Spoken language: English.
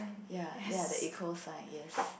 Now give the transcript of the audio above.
ya there are the eco sign yes